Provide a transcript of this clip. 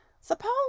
suppose